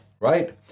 right